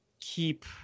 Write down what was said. keep